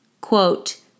quote